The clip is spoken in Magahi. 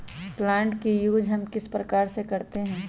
प्लांट का यूज हम किस प्रकार से करते हैं?